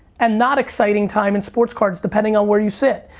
and not exciting time in sports cards depending on where you sit.